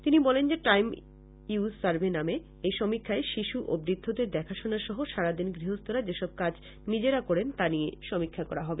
তিনি বলেন যে টাইম ইউজ সার্ভে নামে এই সমীক্ষায় শিশু ও বৃদ্ধদের দেখাশোনা সহ সারাদিন গৃহস্থরা যেসব কাজ নিজেরা করেন তা নিয়ে সমীক্ষা করা হবে